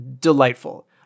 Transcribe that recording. delightful